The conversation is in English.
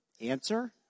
Answer